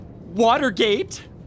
Watergate